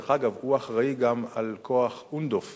דרך אגב, הוא אחראי גם לכוח אונדו"ף